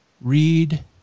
read